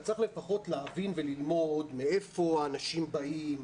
אתה צריך לפחות להבין וללמוד מאיפה אנשים באים,